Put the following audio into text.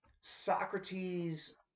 Socrates